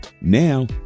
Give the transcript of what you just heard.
Now